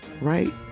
right